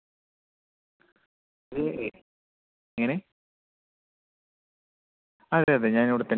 എങ്ങനെ അതെ അതെ ഞാൻ ഇവിടെ തന്നെ ആണ്